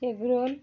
egg roll